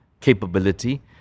capability